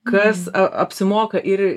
kas apsimoka ir